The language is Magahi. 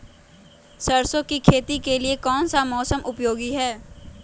सरसो की खेती के लिए कौन सा मौसम उपयोगी है?